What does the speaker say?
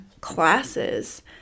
classes